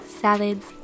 salads